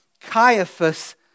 Caiaphas